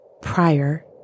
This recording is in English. prior